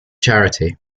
charity